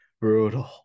Brutal